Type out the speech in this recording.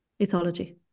ethology